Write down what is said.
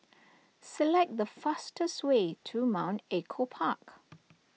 select the fastest way to Mount Echo Park